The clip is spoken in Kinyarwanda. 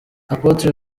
apotre